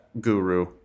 guru